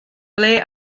ble